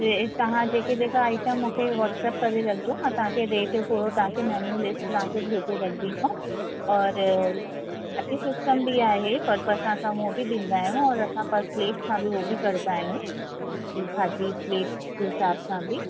जे तव्हां जेके जेका आईटम मूंखे वॉट्सप करे रखिजो मां तव्हांखे रेट पोइ तव्हांखे मैन्यू लिस्ट तव्हांखे भेजे रखंदीसांव और थाल्ही सिस्टम बि आहे पर पर असां हूअं बि ॾींदा आहियूं और असां पर प्लेट सां बि उहो बि कंदा आहियूं जीअं भाॼी प्लेट जे हिसाब सां बि